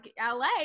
LA